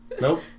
Nope